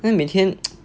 then 每天